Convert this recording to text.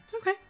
Okay